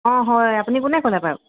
অ হয় আপুনি কোনে ক'লে বাৰু